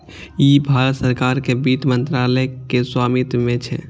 ई भारत सरकार के वित्त मंत्रालय के स्वामित्व मे छै